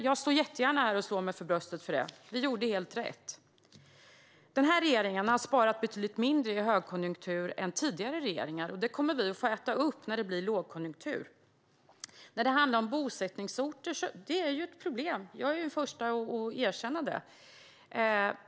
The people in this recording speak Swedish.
Jag står jättegärna och slår mig för bröstet för det, för vi gjorde helt rätt. Denna regering har sparat betydligt mindre i högkonjunktur än tidigare regeringar, och det kommer vi att få äta upp när det blir lågkonjunktur. Jag är den första att erkänna att detta med bosättningsorter är ett problem.